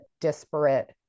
disparate